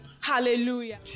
Hallelujah